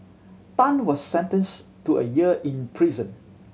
Tan was sentenced to a year in prison